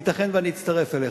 ייתכן שאני אצטרף אליך.